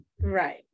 right